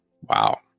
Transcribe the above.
wow